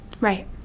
Right